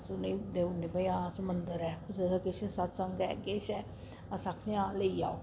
अस उ'नें ई देई ओड़ने आं भई मंदर ऐ जां किश सत्संग ऐ किश ऐ अस उ'नें ई आखनें आओ लेई जाओ